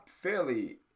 fairly